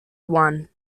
one